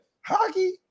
hockey